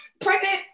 pregnant